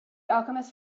alchemist